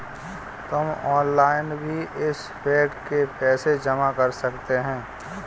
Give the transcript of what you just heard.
तुम ऑनलाइन भी इस बेड के पैसे जमा कर सकते हो